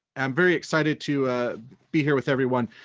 i'm very excited to be here with everyone.